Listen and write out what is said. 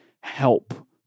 help